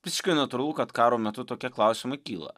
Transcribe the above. visiškai natūralu kad karo metu tokie klausimai kyla